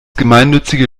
gemeinnützige